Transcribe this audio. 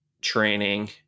training